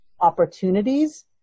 opportunities